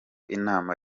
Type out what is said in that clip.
imana